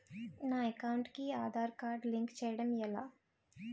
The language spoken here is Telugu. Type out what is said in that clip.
నా అకౌంట్ కు ఆధార్ కార్డ్ లింక్ చేయడం ఎలా?